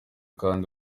kandi